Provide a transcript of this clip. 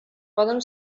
poden